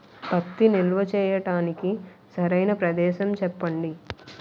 పత్తి నిల్వ చేయటానికి సరైన ప్రదేశం చెప్పండి?